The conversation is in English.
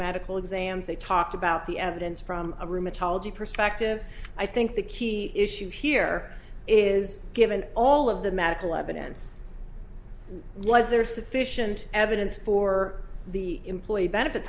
medical exams they talked about the evidence from a rheumatology perspective i think the key issue here is given all of the medical evidence was there sufficient evidence for the employee benefit